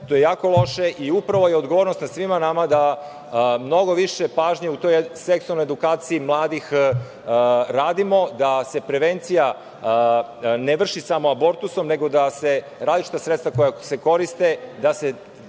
To je jako loše, i upravo je odgovornost na svima nama da mnogo više pažnje, u toj seksualnoj edukaciji mladih radimo, da se prevencija ne vrši samo abortusom, nego da se različita sredstva koja se koriste, da se